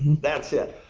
that's it?